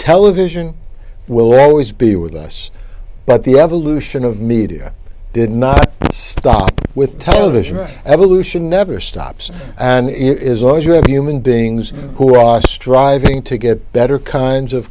television will always be with us but the evolution of media did not stop with television evolution never stops and it is always we have human beings who are striving to get better kinds of